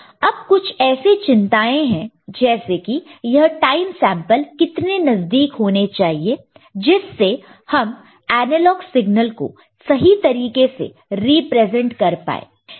अब कुछ ऐसे चिंताएं हैं जैसे कि यह टाइम सैंपल कितने नजदीक होने चाहिए जिससे हम एनालॉग सिग्नल को सही तरीके से रिप्रेजेंट कर पाए